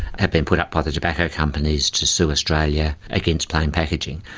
have been put up by the tobacco companies to sue australia against plain packaging.